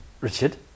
Richard